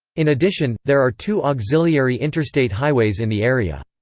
in addition, there are two auxiliary interstate highways in the area.